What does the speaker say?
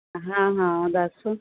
ਹਾਂ ਹਾਂ ਦੱਸ